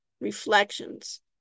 reflections